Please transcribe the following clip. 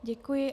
Děkuji.